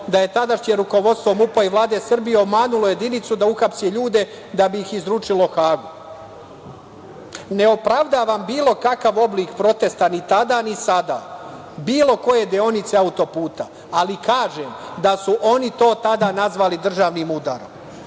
da je tadašnje rukovodstvo MUP i Vlade Srbije obmanulo jedinicu da uhapsi ljude da bi ih izručilo Hagu. Ne opravdavam bilo kakav oblik protesta ni tada, ni sada, bilo koje deonice auto-puta, ali kažem da su oni to tada nazvali državnim udarom,